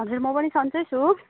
हजुर म पनि सन्चै छु